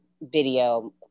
video